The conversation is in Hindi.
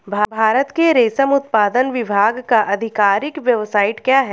भारत के रेशम उत्पादन विभाग का आधिकारिक वेबसाइट क्या है?